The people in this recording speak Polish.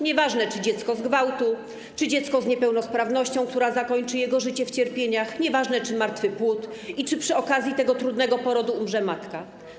Nieważne, czy dziecko z gwałtu, czy dziecko z niepełnosprawnością, która zakończy jego życie w cierpieniach, nieważne, czy martwy płód i czy przy okazji tego trudnego porodu umrze matka.